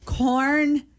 Corn